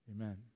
amen